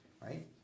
right